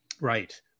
Right